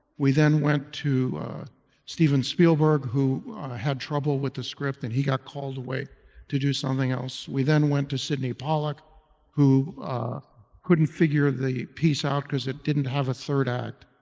we then went to steven spielberg who had trouble with the script, then he got called away to do something else. we then went to sydney pollack who couldn't figure the piece out because it didn't have a third act.